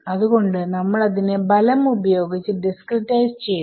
അത് കൊണ്ട് നമ്മളതിനെ ബലം ഉപയോഗിച്ച് ഡിസ്ക്രിടൈസ് ചെയ്തു